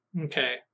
okay